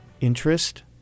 interest